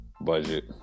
budget